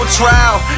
trial